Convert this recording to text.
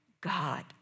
God